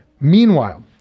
Meanwhile